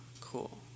cool